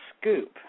scoop